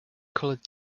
coloured